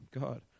God